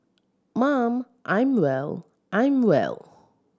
mum I'm well I'm well